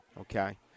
Okay